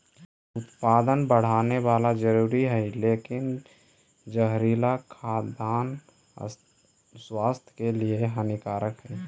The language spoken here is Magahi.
उत्पादन बढ़ावेला जरूरी हइ लेकिन जहरीला खाद्यान्न स्वास्थ्य के लिए हानिकारक हइ